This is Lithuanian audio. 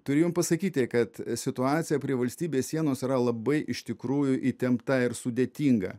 turiu jum pasakyti kad situacija prie valstybės sienos yra labai iš tikrųjų įtempta ir sudėtinga